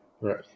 Right